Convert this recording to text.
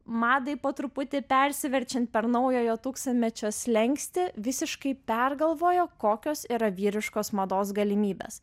madai po truputį persiverčiant per naujojo tūkstanmečio slenkstį visiškai pergalvojo kokios yra vyriškos mados galimybės